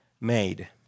made